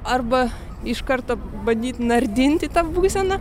arba iš karto bandyt nardint į tą būseną